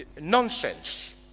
nonsense